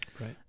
Right